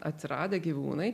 atsiradę gyvūnai